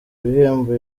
bihembo